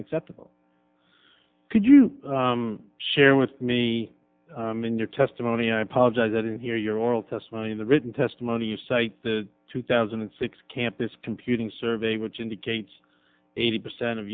acceptable could you share with me in your testimony i apologize i didn't hear your oral testimony in the written testimony you cite the two thousand and six camp this computing survey which indicates eighty percent of